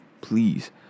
please